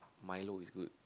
milo is good